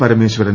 Parameswaran